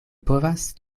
povas